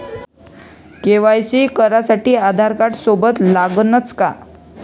KYC करासाठी आधारकार्ड सोबत लागनच का?